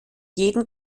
jeden